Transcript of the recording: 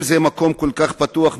אם זה מקום כל כך פתוח,